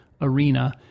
arena